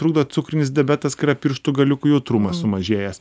trukdo cukrinis diabetas kai yra pirštų galiukų jautrumas sumažėjęs